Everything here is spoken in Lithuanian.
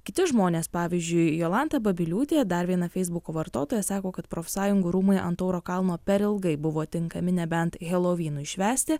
kiti žmonės pavyzdžiui jolanta babiliūtė dar viena feisbuko vartotoja sako kad profsąjungų rūmai ant tauro kalno per ilgai buvo tinkami nebent helovynui švęsti